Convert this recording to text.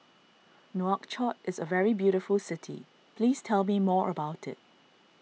Nouakchott is a very beautiful city please tell me more about it